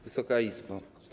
Wysoka Izbo!